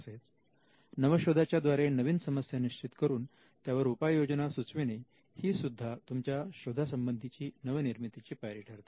तसेच नवशोधाच्या द्वारे नवीन समस्या निश्चित करून त्यावर उपाययोजना सुचविणे ही सुद्धा तुमच्या शोधा संबंधीची नवनिर्मितीची पायरी ठरते